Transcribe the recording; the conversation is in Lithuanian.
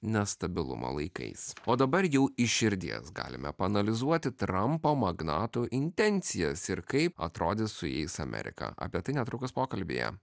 nestabilumo laikais o dabar jau iš širdies galime paanalizuoti trampo magnatų intencijas ir kaip atrodys su jais amerika apie tai netrukus pokalbyje